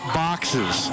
boxes